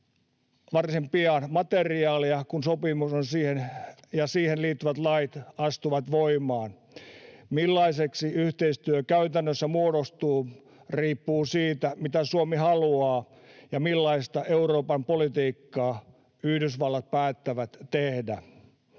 varsin pian materiaalia, kun sopimus ja siihen liittyvät lait astuvat voimaan. Se, millaiseksi yhteistyö käytännössä muodostuu, riippuu siitä, mitä Suomi haluaa ja millaista Euroopan politiikkaa Yhdysvallat päättää tehdä.